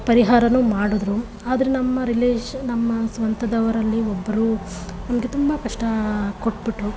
ಪರಿಹಾರವೂ ಮಾಡಿದ್ರು ಆದ್ರೆ ನಮ್ಮ ರಿಲೇಷನ್ ನಮ್ಮ ಸ್ವಂತದವರಲ್ಲಿ ಒಬ್ಬರು ನಮಗೆ ತುಂಬ ಕಷ್ಟ ಕೊಟ್ಬಿಟ್ಟರು